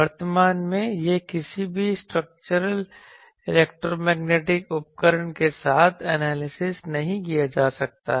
वर्तमान में यह किसी भी स्ट्रक्चर इलेक्ट्रोमैग्नेटिक उपकरण के साथ एनालाइज नहीं किया जा सकता है